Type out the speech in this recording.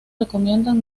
recomiendan